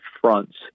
fronts